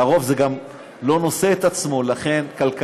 לרוב זה גם לא נושא את עצמו כלכלית,